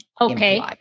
Okay